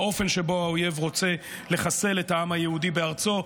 באופן שבו האויב רוצה לחסל את העם היהודי בארצו.